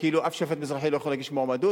שכאילו אף שופט מזרחי לא יכול להגיש מועמדות?